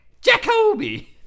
Jacoby